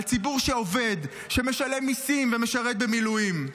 על ציבור שעובד, שמשלם מיסים ומשרת במילואים?